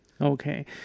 Okay